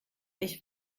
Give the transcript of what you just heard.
ich